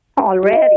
already